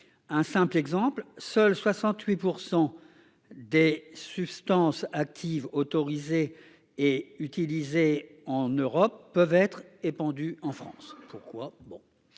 Un simple exemple, seuls 68% des substances actives autorisées et utilisé en Europe peuvent être épandues en France pourquoi